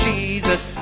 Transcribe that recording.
Jesus